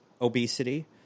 Obesity